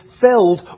filled